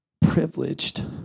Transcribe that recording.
privileged